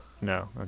No